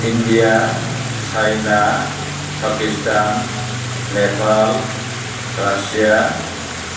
India China Pakistan Nepal Russia